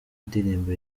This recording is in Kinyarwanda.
ndirimbo